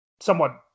somewhat